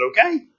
okay